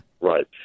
Right